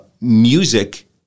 music